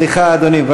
סליחה, אדוני.